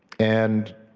and